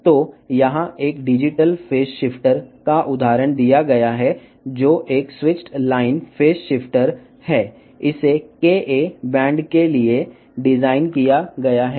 కాబట్టి ఇక్కడ digital phase shifter యొక్క ఉదాహరణ ఇది స్విచ్డ్ లైన్ ఫేజ్ షిఫ్టర్ ఇది Ka బ్యాండ్ కోసం రూపొందించబడింది